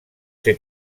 ser